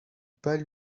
pas